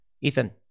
Ethan